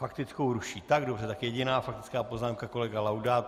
Faktickou ruší, tak dobře, takže jediná faktická poznámka kolega Laudát.